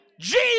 Jesus